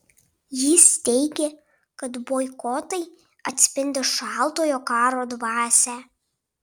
jis teigė kad boikotai atspindi šaltojo karo dvasią